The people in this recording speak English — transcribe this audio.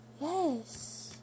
Yes